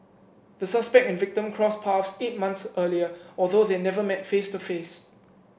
the suspect and victim crossed paths eight months earlier although they never met face to face